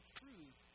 truth